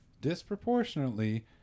disproportionately